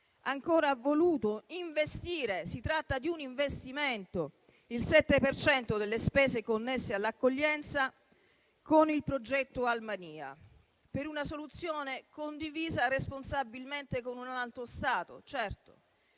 Ancora, ha voluto investire - si tratta di un investimento - il 7 per cento delle spese connesse all'accoglienza con il progetto Albania per una soluzione condivisa responsabilmente con un altro Stato.